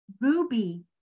Ruby